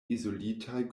izolitaj